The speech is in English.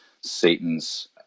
Satan's